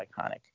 iconic